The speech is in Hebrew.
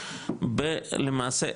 ב- למעשה,